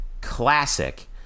Classic